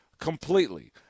completely